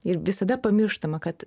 ir visada pamirštama kad